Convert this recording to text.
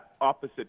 opposite